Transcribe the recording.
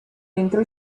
entro